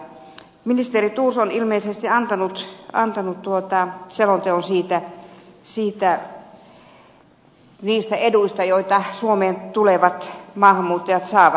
ministeri thors on ilmeisesti antanut selonteon niistä eduista joita suomeen tulevat maahanmuuttajat saavat